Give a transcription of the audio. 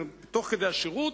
תוך כדי השירות,